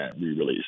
re-release